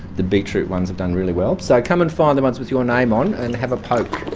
the beetroot ones have done really well. so come and find the ones with your name on and have a poke.